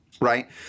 right